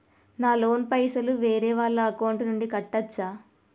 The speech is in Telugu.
నా లోన్ పైసలు వేరే వాళ్ల అకౌంట్ నుండి కట్టచ్చా?